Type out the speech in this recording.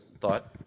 thought